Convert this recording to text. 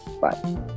bye